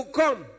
come